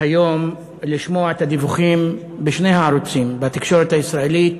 היום לשמוע את הדיווחים בשני הערוצים בתקשורת הישראלית